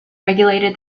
regulated